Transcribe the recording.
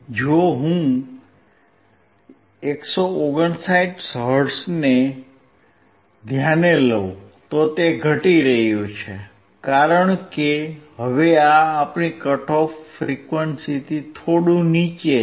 જો હું 159 હર્ટ્ઝ ને ધ્યાને લઉ તો તે ઘટી રહ્યું છે કારણ કે હવે આ આપણી કટ ઓફ ફ્રીક્વન્સીથી થોડું નીચે છે